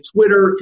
Twitter